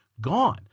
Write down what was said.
Gone